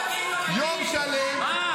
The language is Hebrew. יום שלם --- בפגרה כולכם לא הייתם.